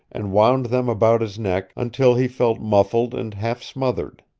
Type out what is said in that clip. and wound them about his neck until he felt muffled and half smothered.